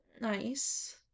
nice